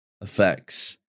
effects